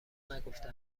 نگفته